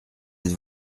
êtes